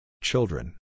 Children